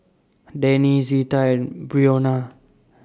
Danny Zita and Brionna